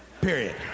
Period